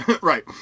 Right